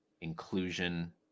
inclusion